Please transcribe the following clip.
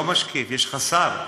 הוא לא משקיף, יש לך שר.